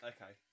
Okay